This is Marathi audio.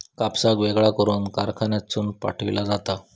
कापसाक वेगळा करून कारखान्यातसून पाठविला जाता